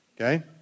Okay